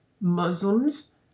Muslims